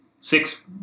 six